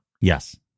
Yes